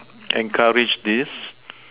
encourage this